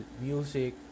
music